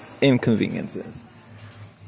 inconveniences